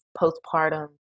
postpartum